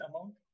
amount